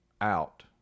out